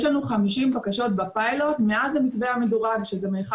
יש לנו 50 בקשות בפיילוט מאז המתווה המדורג מ-1